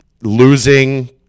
losing